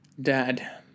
Dad